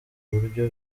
buryo